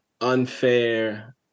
unfair